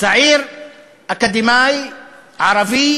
צעיר אקדמאי ערבי,